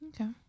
okay